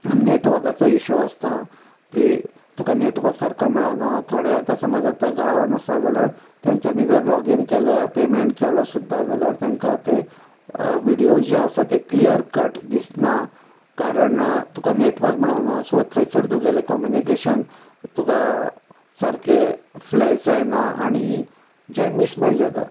नॅटवकाचो issue आसता की तुका नॅटवक सारको मेळाना थोडे आतां समज आतां गांवान आसा जाल्यार तेंच्यानी जर लॉगीन केलें पेमँट केलो सुद्दां जाल्यार तेंकां ते विडयोज जे आसा ते क्लियर कट दिसना कारण तुका नेटवक मेळाना सो थंयसर तुगेलें कॉमुनिकेशन तुका सारकें फ्लॅस जायना आनी जे मिसमॅच जाता